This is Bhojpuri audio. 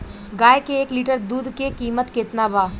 गाय के एक लीटर दुध के कीमत केतना बा?